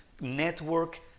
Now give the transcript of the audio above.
network